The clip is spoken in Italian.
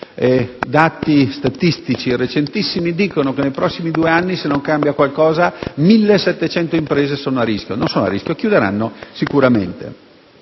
dati statistici recentissimi dicono che nei prossimi due anni, se non cambia qualcosa, 1.700 imprese sono a rischio, anzi, chiuderanno sicuramente.